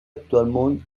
actuellement